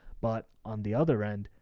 but on the other end,